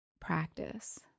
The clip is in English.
practice